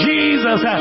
Jesus